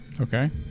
okay